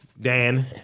Dan